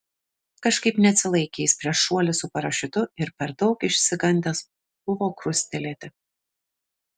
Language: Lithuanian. kažkaip neatsilaikė jis prieš šuolį su parašiutu ir per daug išsigandęs buvo krustelėti